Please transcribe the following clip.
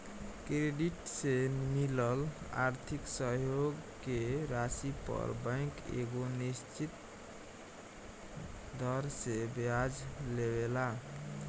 credit से मिलल आर्थिक सहयोग के राशि पर बैंक एगो निश्चित दर से ब्याज लेवेला